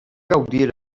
gaudir